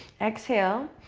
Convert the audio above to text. exhale.